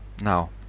now